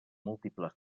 múltiples